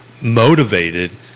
motivated